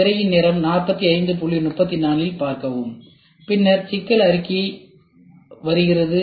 திரையின் நேரம் 4534 இல் பார்க்கவும் பின்னர் சிக்கல் அறிக்கை வருகிறது